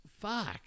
Fuck